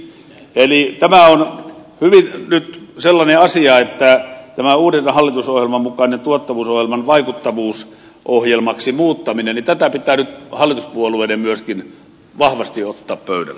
eli tämä on nyt sellainen asia että tämän uuden hallitusohjelman mukaista tuottavuusohjelman vaikuttavuusohjelmaksi muuttamista pitää nyt hallituspuolueiden myöskin vahvasti ottaa pöydälle